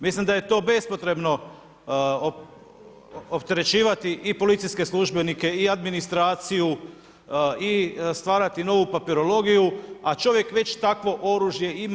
Mislim da je to bespotrebno opterećivati i policijske službenike, i administraciju, i stvarati novu papirologiju, a čovjek već takvo oružje ima.